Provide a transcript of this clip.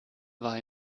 war